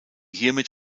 hiermit